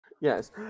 Yes